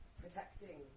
protecting